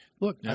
Look